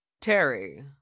Terry